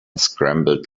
scrambled